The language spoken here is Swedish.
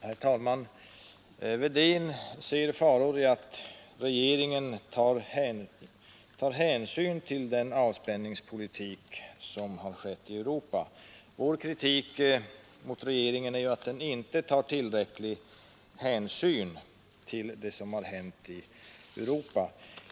Herr talman! Herr Wedén ser faror i att regeringen tar hänsyn till den avspänningspolitik som präglar utvecklingen i Europa. Vår kritik mot regeringen är att den inte tar tillräcklig hänsyn till den utvecklingen.